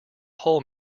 whole